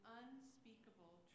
unspeakable